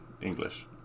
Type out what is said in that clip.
English